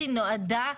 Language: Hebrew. נועדה בעצם,